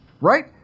right